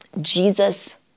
Jesus